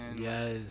yes